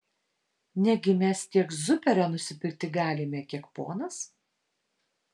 negi mes tiek zuperio nusipirkti galime kiek ponas